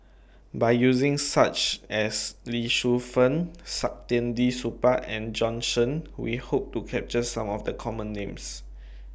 By using such as Lee Shu Fen Saktiandi Supaat and Bjorn Shen We Hope to capture Some of The Common Names